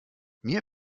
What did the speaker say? mir